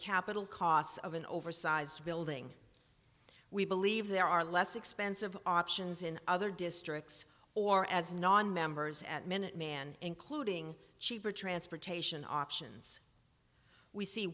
capital costs of an oversized building we believe there are less expensive options in other districts or as non members at minuteman including cheaper transportation options we see